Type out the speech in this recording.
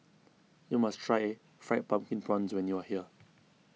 you must try Fried Pumpkin Prawns when you are here